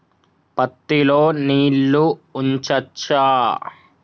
పత్తి లో నీళ్లు ఉంచచ్చా?